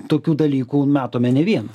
tokių dalykų matome ne vien